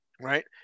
right